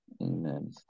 Amen